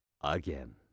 again